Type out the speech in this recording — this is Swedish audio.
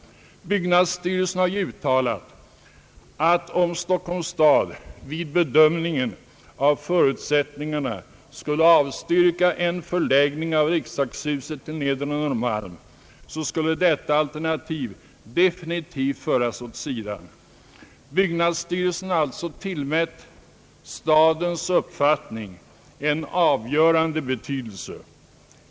Byggnadsstyrelsen har uttalat att om Stockholms stad vid bedömningen av förutsättningarna skulle avstyrka en förläggning av riksdagshuset till nedre Norrmalm, skulle detta alternativ definitivt föras åt sidan. Byggnadsstyrelsen har alltså tillmätt stadens uppfattning en avgörande betydelse.